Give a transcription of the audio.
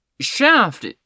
Shaft